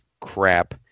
crap